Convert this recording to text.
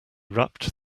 wrapped